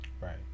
right